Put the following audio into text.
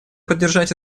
поддержать